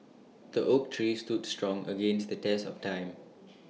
the oak tree stood strong against the test of time